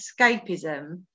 escapism